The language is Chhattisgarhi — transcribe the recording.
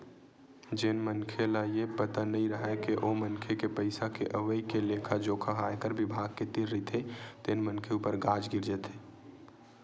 जेन मनखे ल ये पता नइ राहय के ओ मनखे के पइसा के अवई के लेखा जोखा ह आयकर बिभाग के तीर रहिथे तेन मनखे ऊपर गाज गिर जाथे